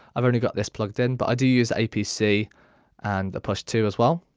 i've only got this plugged in. but i do use apc and a push two as well.